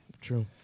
True